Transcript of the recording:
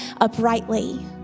uprightly